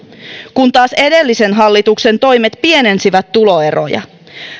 kun taas edellisen hallituksen toimet pienensivät tuloeroja